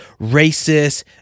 racist